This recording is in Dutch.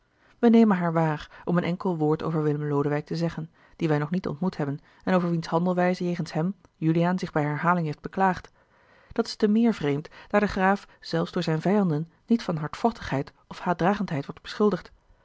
wij nemen haar waar om een enkel woord over willem lodewijk te zeggen dien wij nog niet ontmoet hebben en over wiens handelwijze jegens hem juliaan zich bij herhaling heeft beklaagd dat is te meer vreemd daar de graaf zelfs door zijne vijanden niet van hardvochtigheid of haatdragendheid wordt beschuldigd